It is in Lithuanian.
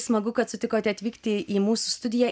smagu kad sutikote atvykti į mūsų studiją